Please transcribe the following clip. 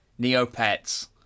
Neopets